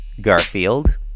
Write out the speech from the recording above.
Garfield